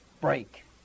break